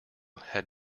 had